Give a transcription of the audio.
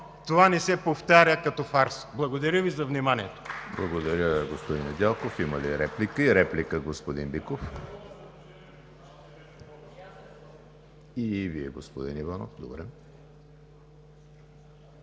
това не се повтаря като фарс. Благодаря Ви за вниманието.